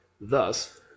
Thus